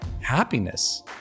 happiness